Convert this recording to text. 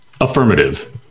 affirmative